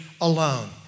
alone